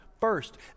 first